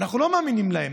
ואנחנו לא מאמינים להם,